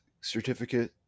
certificate